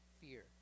fear